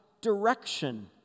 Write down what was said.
direction